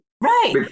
Right